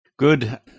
Good